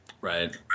Right